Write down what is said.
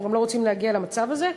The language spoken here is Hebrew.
אנחנו גם לא רוצים להגיע למצב הזה,